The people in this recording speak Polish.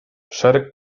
szereg